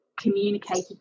communicated